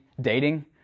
dating